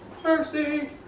Mercy